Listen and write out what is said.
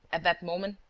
at that moment,